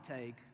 take